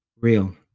real